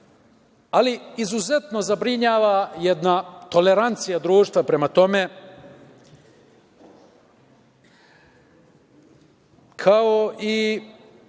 ali izuzetno zabrinjava jedna tolerancija društva prema tome kao i